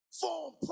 form